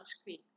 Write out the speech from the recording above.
screen